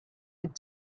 had